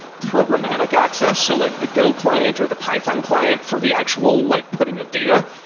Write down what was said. programmatic access, so like the go client or the python client for the actual like putting up data,